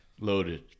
loaded